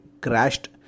crashed